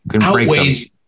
outweighs